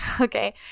okay